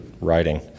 writing